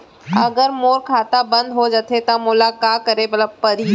अगर मोर खाता बन्द हो जाथे त मोला का करे बार पड़हि?